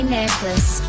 necklace